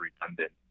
redundant